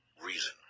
reason